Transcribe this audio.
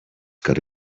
gotta